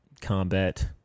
combat